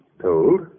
Told